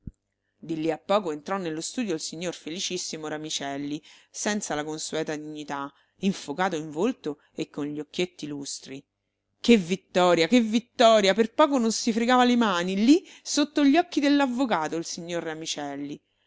di lì a poco entrò nello studio il signor felicissimo ramicelli senza la consueta dignità infocato in volto e con gli occhietti lustri che vittoria che vittoria per poco non si fregava le mani lì sotto gli occhi dell'avvocato il signor ramicelli